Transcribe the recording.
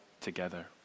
together